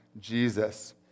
Jesus